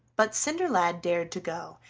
but cinderlad dared to go,